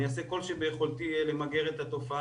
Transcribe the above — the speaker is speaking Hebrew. אני אעשה כל שביכולתי למגר את התופעה,